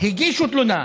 הגישו תלונה.